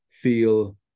feel